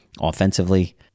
offensively